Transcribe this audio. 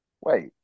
wait